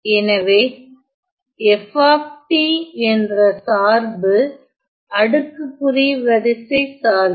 எனவே f என்ற சார்பு அடுக்குக்குறி வரிசை சார்பு